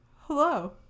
Hello